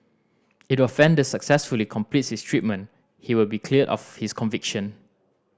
if the offender successfully completes his treatment he will be cleared of his conviction